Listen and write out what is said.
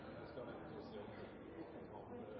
de skal